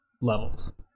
levels